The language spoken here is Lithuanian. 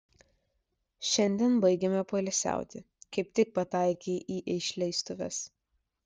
šiandien baigiame poilsiauti kaip tik pataikei į išleistuves